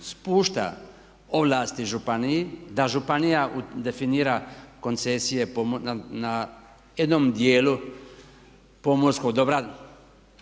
spušta ovlasti županiji, da županija definira koncesije na jednom dijelu pomorskog dobra